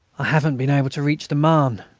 i haven't been able to reach the marne,